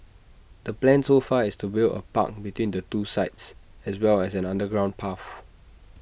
the plan so far is to build A park between the two sites as well as an underground path